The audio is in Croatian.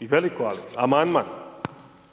i veliko ali, amandman